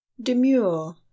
demure